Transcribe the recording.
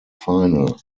final